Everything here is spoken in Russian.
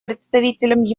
представителем